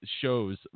shows